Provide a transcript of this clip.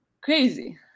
crazy